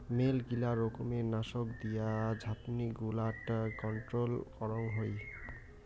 মেলগিলা রকমের নাশক দিয়া ঝাপনি গুলাট কন্ট্রোল করাং হই